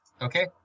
Okay